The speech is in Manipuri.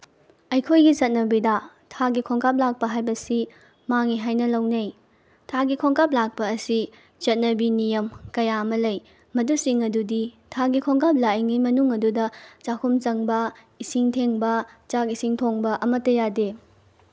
ꯑꯩꯈꯣꯏꯒꯤ ꯆꯠꯅꯕꯤꯗ ꯊꯥꯒꯤ ꯈꯣꯡꯀꯥꯞ ꯂꯥꯛꯄ ꯍꯥꯏꯕꯁꯤ ꯃꯥꯡꯉꯤ ꯍꯥꯏꯅ ꯂꯧꯅꯩ ꯊꯥꯒꯤ ꯈꯣꯡꯀꯥꯞ ꯂꯥꯛꯄ ꯑꯁꯤ ꯆꯠꯅꯕꯤ ꯅꯤꯌꯝ ꯀꯌꯥ ꯑꯃ ꯂꯩ ꯃꯗꯨꯁꯤꯡ ꯑꯗꯨꯗꯤ ꯊꯥꯒꯤ ꯈꯣꯡꯀꯥꯞ ꯂꯥꯛꯏꯉꯩꯒꯤ ꯃꯅꯨꯡ ꯑꯗꯨꯗ ꯆꯥꯛꯈꯨꯝ ꯆꯪꯕ ꯏꯁꯤꯡ ꯊꯦꯡꯕ ꯆꯥꯛ ꯏꯁꯤꯡ ꯊꯣꯡꯕ ꯑꯃꯠꯇ ꯌꯥꯗꯦ